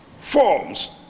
Forms